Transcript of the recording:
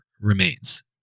remains